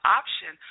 option